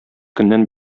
көннән